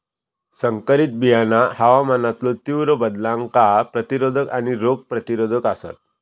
संकरित बियाणा हवामानातलो तीव्र बदलांका प्रतिरोधक आणि रोग प्रतिरोधक आसात